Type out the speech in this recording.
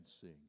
sing